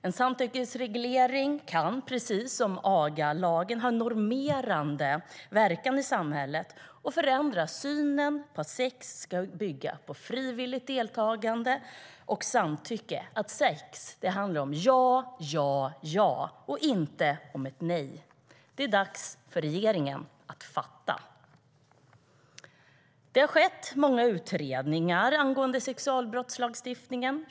En samtyckesreglering kan, precis som agalagen, ha en normerande verkan i samhället och förändra synen på sex. Sex ska bygga på frivilligt deltagande och samtycke. Sex handlar om ja, ja, ja, inte om nej. Det är dags för regeringen att fatta. Det har skett många utredningar angående sexualbrottslagstiftningen.